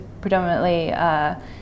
predominantly